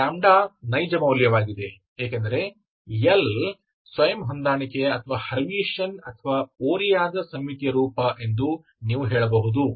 ಆದ್ದರಿಂದ λ ನೈಜ ಮೌಲ್ಯವಾಗಿದೆ ಏಕೆಂದರೆ L ಸ್ವಯಂ ಹೊಂದಾಣಿಕೆಯ ಅಥವಾ ಹರ್ಮಿಟಿಯನ್ ಅಥವಾ ಓರೆಯಾದ ಸಮ್ಮಿತೀಯ ರೂಪ ಎಂದು ನೀವು ಹೇಳಬಹುದು